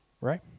right